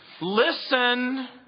listen